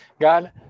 God